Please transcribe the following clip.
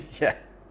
Yes